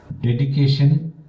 dedication